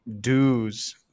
dues